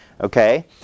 Okay